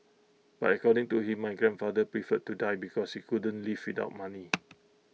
but according to him my grandfather preferred to die because he couldn't live without money